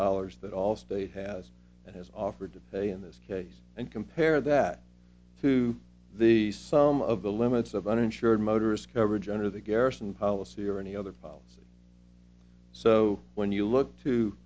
dollars that allstate has and has offered to pay in this case and compare that to the sum of the limits of uninsured motorist coverage under the garrison policy or any other policy so when you look to